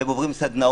והם עוברים סדנאות.